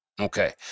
Okay